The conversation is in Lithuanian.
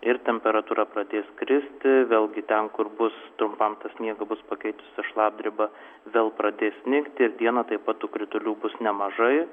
ir temperatūra pradės kristi vėlgi ten kur bus trumpam tą sniegą bus pakeitusi šlapdriba vėl pradės snigti ir dieną taip pat tų kritulių bus nemažai